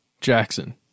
jackson